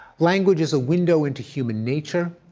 language is a window into human nature,